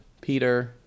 peter